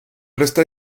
resta